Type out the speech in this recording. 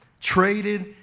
traded